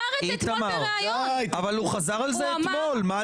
שעה 09:40) אבל הוא אמר את זה אתמול בריאיון.